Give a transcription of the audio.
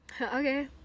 Okay